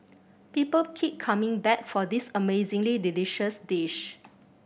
people keep coming back for this amazingly delicious dish